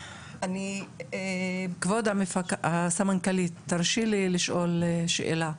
כבוד הסמנכ"לית, תרשי לי לשאול שאלה.